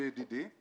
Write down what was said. היטלים.